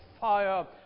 fire